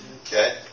Okay